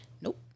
Nope